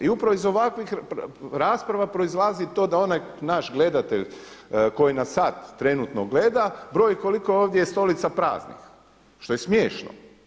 I upravo iz ovakvih rasprava proizlazi to da onaj naš gledatelj koji nas sada trenutno gleda broji koliko je ovdje stolica praznih, što je smiješno.